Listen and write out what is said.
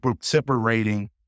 separating